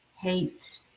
Hate